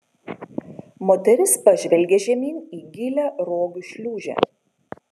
moteris pažvelgė žemyn į gilią rogių šliūžę